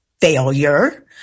failure